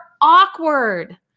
awkward